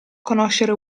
conoscere